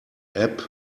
app